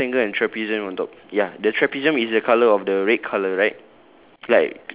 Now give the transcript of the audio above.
ya rectangle and trapezium on top ya the trapezium is the colour of the red colour right